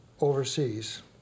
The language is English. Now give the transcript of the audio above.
overseas